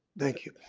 thank you.